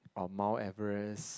or Mount-Everest